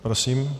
Prosím.